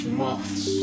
moths